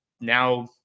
now